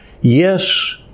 Yes